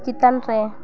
ᱪᱮᱛᱟᱱᱨᱮ